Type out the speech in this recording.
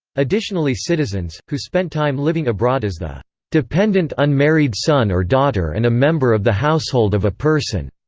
additionally citizens, who spent time living abroad as the dependent unmarried son or daughter and a member of the household of a person